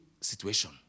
situation